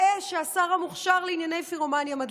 האש שהשר המוכשר לענייני פירומניה מדליק: